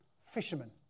Fishermen